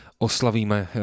oslavíme